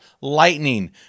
Lightning